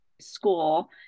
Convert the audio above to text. school